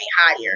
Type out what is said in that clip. higher